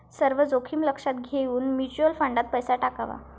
सर्व जोखीम लक्षात घेऊन म्युच्युअल फंडात पैसा टाकावा